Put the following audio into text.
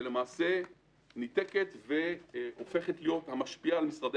למעשה ניתקת והופכת להיות המשפיעה על משרדי